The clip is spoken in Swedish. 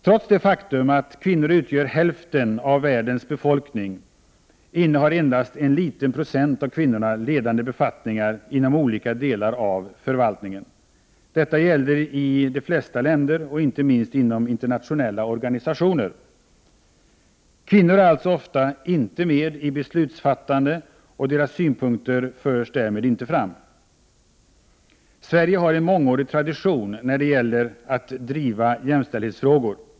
Trots det faktum att kvinnor utgör hälften av världens befolkning, innehar endast en liten andel av kvinnorna ledande befattningar inom olika delar av förvaltningen. Detta gäller i de flesta länder och inte minst inom internationella organisationer. Kvinnor är alltså ofta inte med i beslutsfattandet, och deras synpunkter förs därmed inte fram. Sverige har en mångårig tradition när det gäller att driva jämställdhetsfrågor.